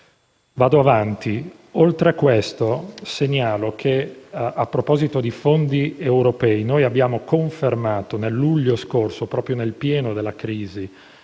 fare. Oltre a questo, segnalo che, a proposito di fondi europei, abbiamo confermato nel luglio scorso, proprio nel pieno della crisi